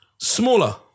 Smaller